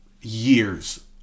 years